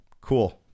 Cool